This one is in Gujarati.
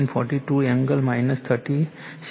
42 એંગલ 36